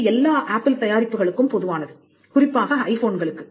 இது எல்லா ஆப்பிள் தயாரிப்புகளுக்கும் பொதுவானது குறிப்பாக ஐபோன்களுக்கு